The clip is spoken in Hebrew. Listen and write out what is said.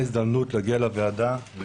אנחנו